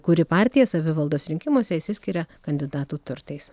kuri partija savivaldos rinkimuose išsiskiria kandidatų turtais